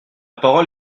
parole